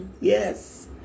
yes